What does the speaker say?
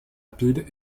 rapide